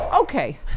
Okay